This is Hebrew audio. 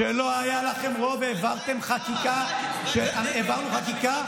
כשלא היה לכם רוב, העברתם חקיקה, העברנו חקיקה,